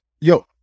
Yo